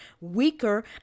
weaker